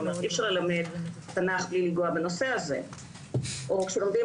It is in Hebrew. אי אפשר ללמד תנ"ך בלי לגעת בנושא הזה או כשלומדים